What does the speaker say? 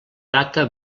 data